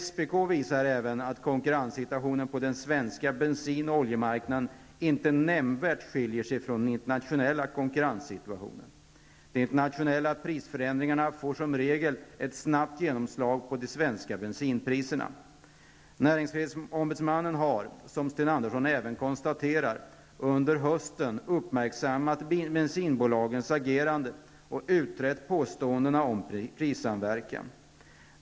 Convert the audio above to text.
SPK visar även att konkurrenssituationen på den svenska bensin och oljemarknaden inte nämnvärt skiljer sig från den internationella konkurrenssituationen. De internationella prisförändringarna får som regel snabbt genomslag på de svenska bensinpriserna. NO har, som Sten Andersson även konstaterar, under hösten uppmärksammat bensinbolagens agerande och utrett påståenden om prissamverkan.